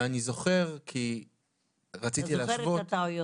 ואני זוכר, כי רציתי להשוות.